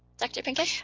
dr. pincus?